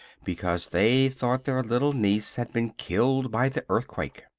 because they thought their little niece had been killed by the earthquake.